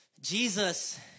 Jesus